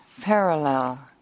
parallel